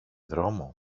δρόμο